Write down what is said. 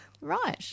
Right